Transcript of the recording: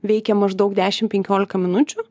veikia maždaug dešim penkiolika minučių